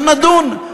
אנחנו נדון,